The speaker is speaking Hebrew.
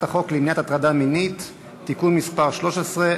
החוק למניעת הטרדה מינית (תיקון מס' 13),